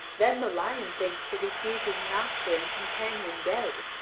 then the lion thinks that he sees his master and companion dead.